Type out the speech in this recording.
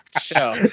show